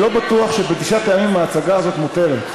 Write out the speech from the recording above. אני לא בטוח שבתשעת הימים ההצגה הזאת מותרת.